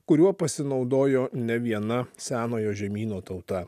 kuriuo pasinaudojo ne viena senojo žemyno tauta